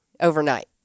overnight